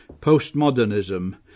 Postmodernism